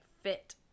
fit